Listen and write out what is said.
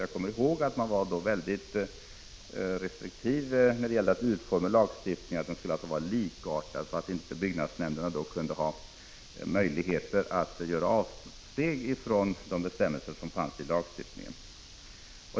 Jag kommer ihåg att man var väldigt restriktiv när det gällde att utforma den här lagstiftningen. Man ville att den skulle vara likartad, så att inte byggnadsnämnderna skulle kunna få möjligheter att göra avsteg från bestämmelserna i lagstiftningen.